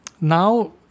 now